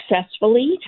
successfully